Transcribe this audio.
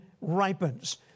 ripens